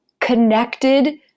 connected